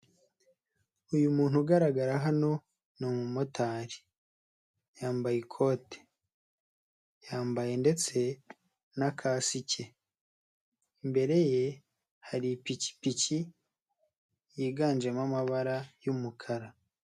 Uyu muntu ugaragara hano ni umumotari, yambaye ikote, yambaye ndetse na katsike, imbere ye hari ipikipiki yiganjemo amabara y'umukara.